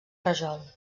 rajol